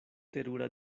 terura